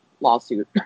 lawsuit